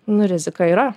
nu rizika yra